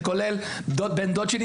זה כולל דוד, בן דוד שלי?